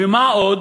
ומה עוד?